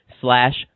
slash